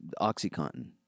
OxyContin